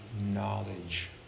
knowledge